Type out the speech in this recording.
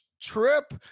trip